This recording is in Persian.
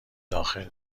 داخل